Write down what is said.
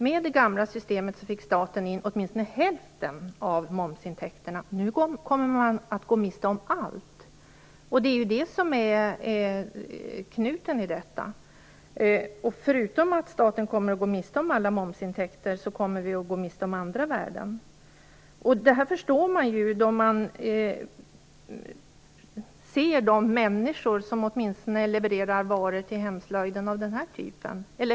Med det gamla systemet fick staten in åtminstone hälften av momsintäkterna. Nu kommer man att gå miste om allt. Det är ju det som är knuten i detta. Förutom att staten går miste om alla momsintäkter kommer vi att gå miste om andra värden. Det här förstår man om man ser till de människor som levererar varor till hemslöjden, åtminstone i stil med den lilla skål jag tidigare visade upp.